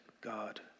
God